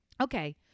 Okay